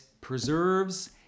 preserves